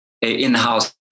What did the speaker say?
in-house